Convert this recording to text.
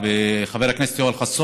דקות לחבר הכנסת חמד עמאר.